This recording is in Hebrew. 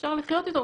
שאפשר לחיות איתו,